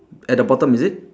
at the bottom is it